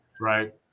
right